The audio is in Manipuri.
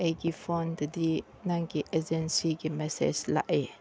ꯑꯩꯒꯤ ꯐꯣꯟꯗꯗꯤ ꯅꯪꯒꯤ ꯑꯦꯖꯦꯟꯁꯤꯒꯤ ꯃꯦꯁꯦꯖ ꯂꯥꯛꯑꯦ